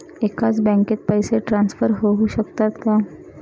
एकाच बँकेत पैसे ट्रान्सफर होऊ शकतात का?